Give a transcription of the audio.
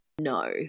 No